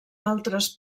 altres